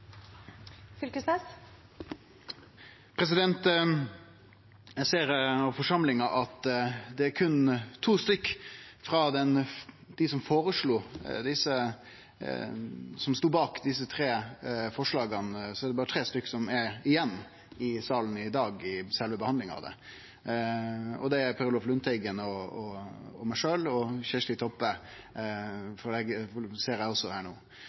Eg ser av forsamlinga at av dei som stod bak desse tre forslaga, er det berre tre som er igjen i salen i dag, under sjølve behandlinga av dei, og det er Per Olaf Lundteigen, Kjersti Toppe og meg